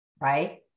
right